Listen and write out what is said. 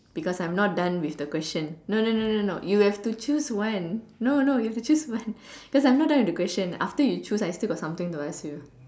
because I'm not done with the question no no no no no you have to choose one no no you have to choose one cause I'm not done with the question after you choose I still got something to ask you